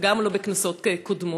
וגם לא בכנסות קודמות,